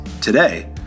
Today